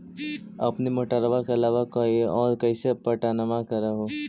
अपने मोटरबा के अलाबा और कैसे पट्टनमा कर हू?